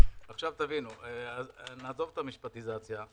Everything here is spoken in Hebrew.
נעזוב את המשפטיזציה.